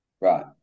Right